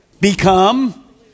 Become